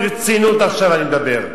ברצינות עכשיו אני מדבר,